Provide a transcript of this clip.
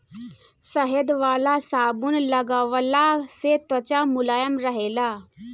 शहद वाला साबुन लगवला से त्वचा मुलायम रहेला